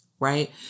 right